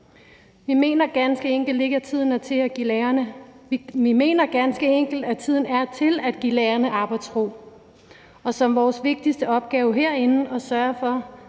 Vi mener ganske enkelt, at tiden er til at give lærerne arbejdsro, og at vores vigtigste opgave herinde er at sørge for,